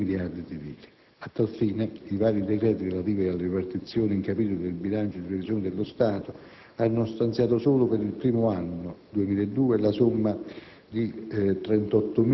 in 75 miliardi di lire. A tali fini, i vari decreti, relativi alla ripartizione in capitoli del bilancio di previsione dello Stato, hanno stanziato solo per il primo anno (2002) la somma